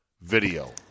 video